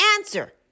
answer